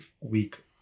week